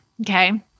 Okay